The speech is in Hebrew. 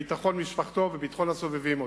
לביטחון משפחתו ולביטחון הסובבים אותו.